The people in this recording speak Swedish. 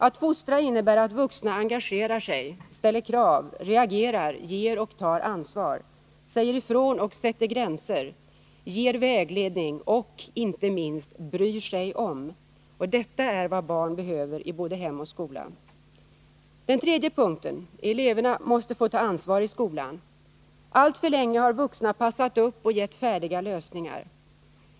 Att fostra innebär att vuxna engagerar sig, ställer krav, reagerar, ger och tar ansvar, säger ifrån och sätter gränser, ger vägledning, och inte minst bryr sig om. Detta är vad barn behöver i både hem och skola. För det tredje: Eleverna måste få ta ansvar i skolan. Alltför länge har vuxna passat upp och gett färdiga lösningar.